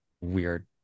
weird